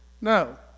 No